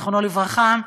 זיכרונו לברכה,